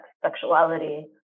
sexuality